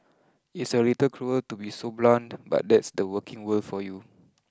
it's a little cruel to be so blunt but that's the working world for you